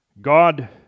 God